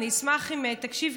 אני אשמח אם תקשיב,